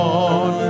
on